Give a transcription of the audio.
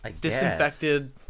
disinfected